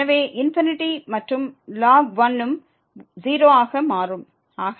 எனவே மற்றும் ln 1 ம் 0 ஆக மாறும்